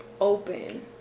open